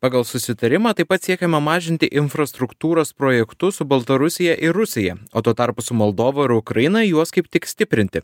pagal susitarimą taip pat siekiama mažinti infrastruktūros projektus su baltarusija ir rusija o tuo tarpu su moldova ir ukraina juos kaip tik stiprinti